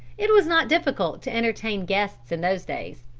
it was not difficult to entertain guests in those days.